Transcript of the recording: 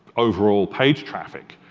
overall page traffic,